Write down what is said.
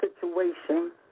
situation